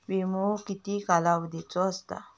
विमो किती कालावधीचो असता?